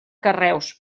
carreus